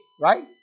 right